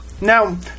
Now